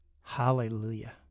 Hallelujah